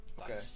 okay